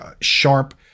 sharp